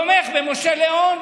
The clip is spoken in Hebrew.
תומך במשה ליאון.